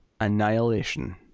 annihilation